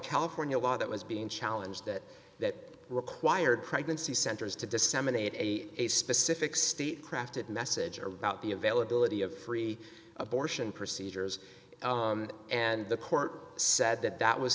california law that was being challenged that that required pregnancy centers to disseminate a specific state crafted message or about the availability of free abortion procedures and the court said that that was